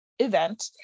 Event